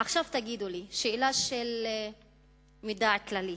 עכשיו תגידו לי, שאלה של ידע כללי: